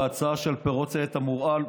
ההצעה של פירות העץ המורעל הוכרה,